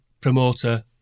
promoter